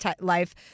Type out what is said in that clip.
life